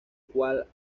cual